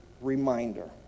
reminder